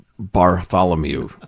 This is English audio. Bartholomew